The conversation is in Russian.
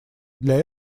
для